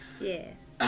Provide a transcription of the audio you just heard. Yes